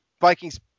Vikings